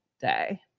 day